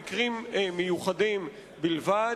ניתנת במקרים מיוחדים בלבד.